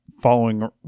following